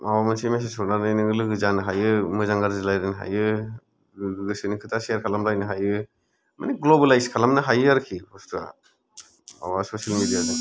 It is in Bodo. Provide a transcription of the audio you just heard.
माबा मोनसे मेसेज हरनानै नोङो लोगो जानो हायो मोजां गाज्रि रायलायनो हायो गोसोनि खोथा सियेर खालाम लायनो हायो मानि ग्ल'बेलाइस खालामनो हायो आरोखि बुस्थुआ माबा ससियेल मिडिया जों